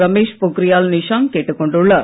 ரமேஷ் பொக்ரியால் நிஷாங்க் கேட்டுக் கொண்டுள்ளார்